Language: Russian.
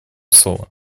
слово